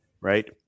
Right